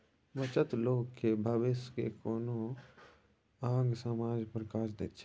बचत लोक केँ भबिस मे कोनो आंग समांग पर काज दैत छै